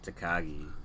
Takagi